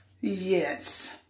Yes